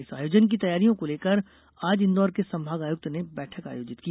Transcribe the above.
इस आयोजन की तैयारियों को लेकर आज इंदौर के संभागायुक्त ने बैठक आयोजित की